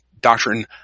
doctrine